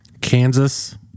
Kansas